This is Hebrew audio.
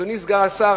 אדוני סגן השר,